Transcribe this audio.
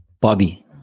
Bobby